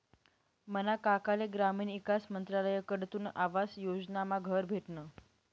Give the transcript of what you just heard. मना काकाले ग्रामीण ईकास मंत्रालयकडथून आवास योजनामा घर भेटनं